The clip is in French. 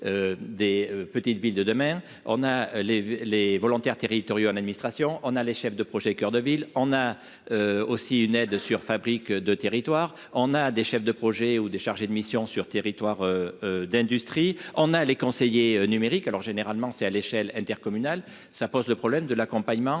des petites villes de demain, on a les les volontaires territoriaux, l'administration, on a les chefs de projet Coeur de ville, on a aussi une aide sur fabrique de territoire, on a des chefs de projet ou des chargés de mission sur territoire d'industrie en a les conseillers numériques alors généralement, c'est à l'échelle intercommunale ça pose le problème de l'accompagnement